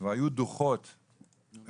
והיו דוחות,